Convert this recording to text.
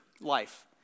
life